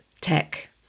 tech